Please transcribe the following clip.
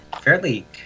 fairly